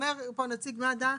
אומר פה נציג מד"א,